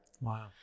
wow